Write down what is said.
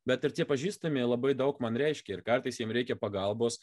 bet ir tie pažįstami labai daug man reiškia ir kartais jiem reikia pagalbos